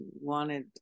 wanted